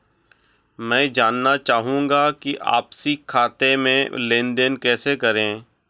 मैं जानना चाहूँगा कि आपसी खाते में लेनदेन कैसे करें?